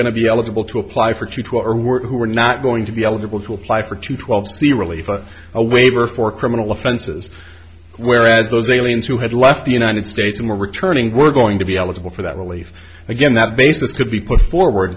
going to be eligible to apply for to our work who are not going to be eligible to apply for two twelve c relief a waiver for criminal offenses where as those aliens who had left the united states and were returning were going to be eligible for that relief again that basis could be put forward